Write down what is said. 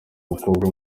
umukobwa